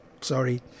sorry